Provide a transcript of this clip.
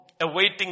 awaiting